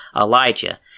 Elijah